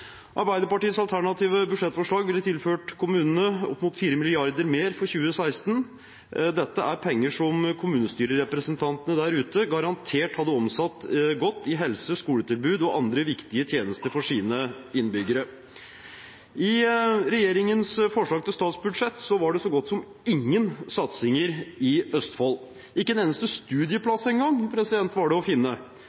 Arbeiderpartiets alternative budsjettforslag ville tilført kommunene opp mot 4 mrd. kr mer for 2016. Dette er penger som kommunestyrerepresentantene der ute garantert hadde omsatt godt i helse, skoletilbud og andre viktige tjenester for sine innbyggere. I regjeringens forslag til statsbudsjett var det så godt som ingen satsinger i Østfold – det var ikke engang en eneste studieplass å finne.